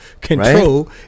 control